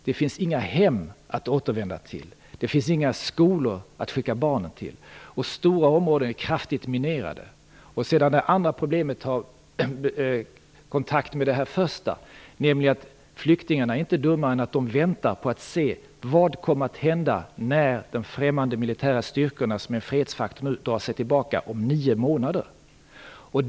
Det finns inga hem att återvända till. Det finns inga skolor att skicka barnen till. Stora områden är kraftigt minerade. Det andra problemet har beröringspunkter med det första. Flyktingarna är inte dummare än att de väntar för att se vad som kommer att hända när de främmande militära styrkorna, som nu är en fredsfaktor, drar sig tillbaka om nio månader.